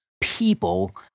people